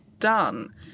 done